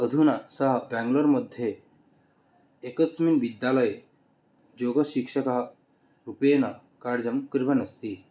अधुना सः बेङ्गलोर्मध्ये एकस्मिन् विद्यालये योगशिक्षकरूपेण कार्यं कुर्वन् अस्ति